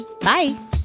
Bye